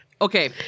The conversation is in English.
Okay